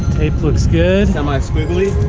tape looks good. semi squiggly.